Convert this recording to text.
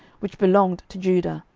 which belonged to judah,